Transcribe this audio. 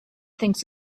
thinks